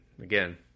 again